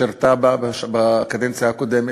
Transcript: שירתה בה בקדנציה הקודמת,